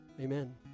Amen